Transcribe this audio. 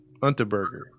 unterberger